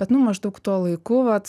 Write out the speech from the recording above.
bet nu maždaug tuo laiku vat